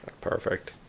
Perfect